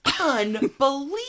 Unbelievable